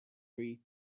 free